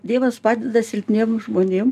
dievas padeda silpniem žmonėm